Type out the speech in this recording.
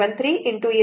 727 1